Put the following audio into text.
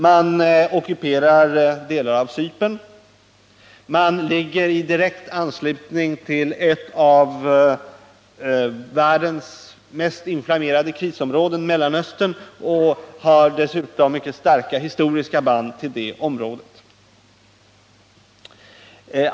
Landet ockuperar delar av Cypern, det ligger i direkt anslutning till ett av världens mest inflammerade krisområden, Mellanöstern, och har dessutom mycket starka historiska band till detta område.